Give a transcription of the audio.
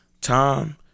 Time